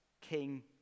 king